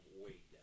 wait